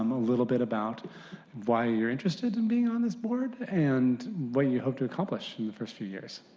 um a little bit about why you are interested in being on the sport and what you hope to accomplish in the first three years.